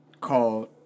called